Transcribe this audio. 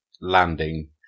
landing